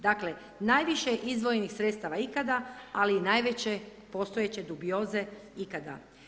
Dakle, najviše izdvojenih sredstava ikada, ali i najveće postojeće dubioze ikada.